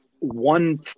one